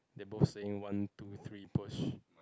they both saying one two three push